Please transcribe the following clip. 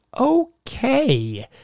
okay